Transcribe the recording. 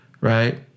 Right